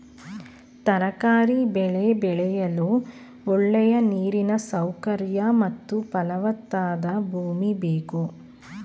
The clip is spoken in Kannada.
ತರಕಾರಿ ಬೆಳೆ ಬೆಳೆಯಲು ಒಳ್ಳೆಯ ನೀರಿನ ಸೌಕರ್ಯ ಮತ್ತು ಫಲವತ್ತಾದ ಭೂಮಿ ಬೇಕು